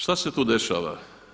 Šta se tu dešava?